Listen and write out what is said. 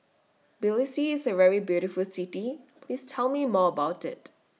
Tbilisi IS A very beautiful City Please Tell Me More about IT